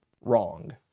wrong